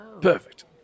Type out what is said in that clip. Perfect